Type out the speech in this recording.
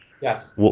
Yes